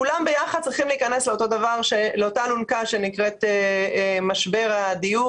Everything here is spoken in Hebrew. כולם ביחד צריכים להיכנס לאותה אלונקה שנקראת משבר הדיור